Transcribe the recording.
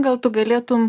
gal tu galėtum